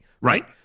Right